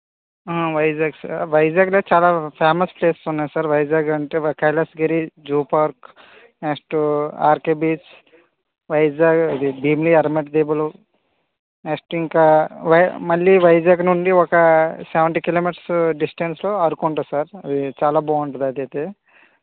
Vizag sir వైజాగ్లో చాలా famous places ఉన్నాయి సార్ వైజాగ్ అంటే Kailasagiri zoo park next RK beach Vizag బిర్ని అర్మత్ టేబులు నెక్స్ట్ ఇంకా వై మళ్ళీ వైజాగ్ నుండి ఒక సెవెంటీ కిలోమీటర్స్ డిస్టెన్స్లో అరకు ఉంటుంది సార్ అది చాలా బాగుంటుందదయితే